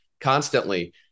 constantly